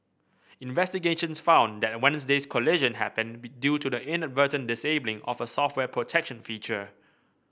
investigations found that Wednesday's collision happened due to the inadvertent disabling of a software protection feature